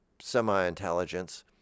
semi-intelligence